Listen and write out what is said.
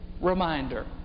reminder